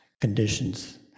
conditions